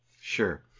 Sure